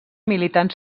militant